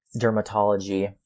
dermatology